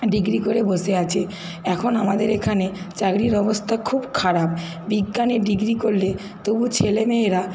degree করে বসে আছে এখন আমাদের এখানে চাকরির অবস্থা খুব খারাপ বিজ্ঞানে ডিগ্রি করলে তবু ছেলে মেয়েরা